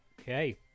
Okay